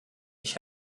ich